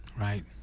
Right